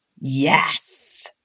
Yes